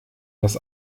dass